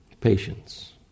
patience